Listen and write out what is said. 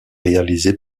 réalisée